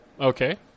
Okay